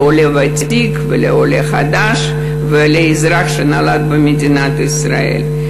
לעולה ותיק ולעולה חדש ולאזרח שנולד במדינת ישראל.